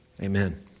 Amen